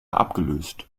abgelöst